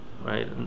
right